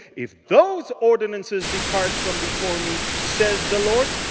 if those ordinances depart from before me, says the lord,